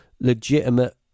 legitimate